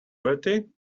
bertie